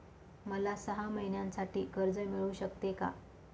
मला सहा महिन्यांसाठी कर्ज मिळू शकते का?